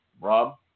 Rob